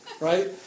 Right